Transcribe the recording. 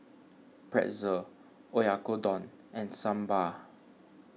Pretzel Oyakodon and Sambar